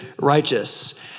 righteous